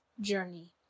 journey